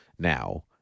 Now